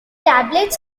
tablets